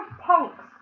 punks